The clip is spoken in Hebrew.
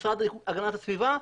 המשרד להגנת הסביבה,